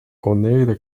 oneida